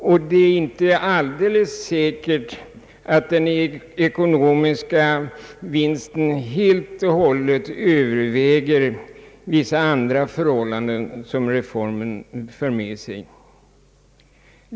Och det är inte alldeles säkert att den ekonomiska vinsten helt och hållet överväger vissa andra resultat som reformen för med sig.